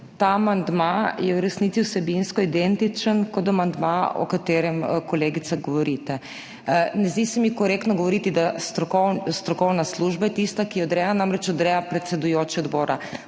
Ta amandma je v resnici vsebinsko identičen kot amandma, o katerem, kolegica, govorite. Ne zdi se mi korektno govoriti, da je strokovna služba tista, ki odreja, namreč, odreja predsedujoči odbora.